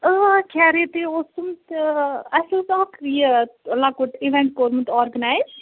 خیریتٕے اوسُم تہٕ اَسہِ اوس اکھ یہِ لۄکُٹ اِوٮ۪نٛٹ کوٚرمُت آرگٕنایِز